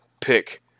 pick